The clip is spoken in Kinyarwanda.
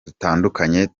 dutandukanye